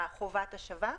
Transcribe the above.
על חובת ההשבה,